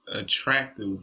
attractive